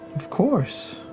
of course.